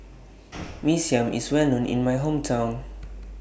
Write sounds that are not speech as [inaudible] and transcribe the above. [noise] Mee Siam IS Well known in My Hometown